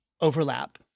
overlap